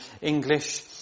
English